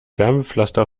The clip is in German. wärmepflaster